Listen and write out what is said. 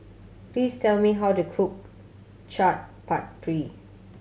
please tell me how to cook Chaat Papri